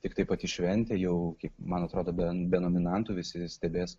tiktai pati šventė jau man atrodo be be nominantų visi stebės